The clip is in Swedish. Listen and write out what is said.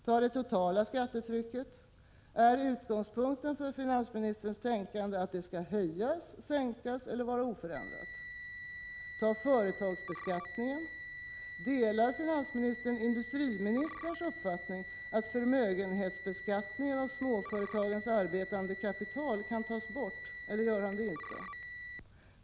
Ta det totala skattetrycket: Är utgångspunkten för finansministerns tänkande att det skall höjas, sänkas eller vara oförändrat? Ta företagsbeskattningen: Delar finansministern industriministerns uppfattning att förmögenhetsbeskattningen av småföretagens arbetande kapital kan tas bort, eller gör han det inte?